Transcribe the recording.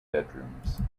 bedrooms